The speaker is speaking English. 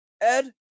Ed